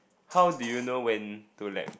how did you know when to let